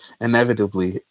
inevitably